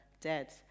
dead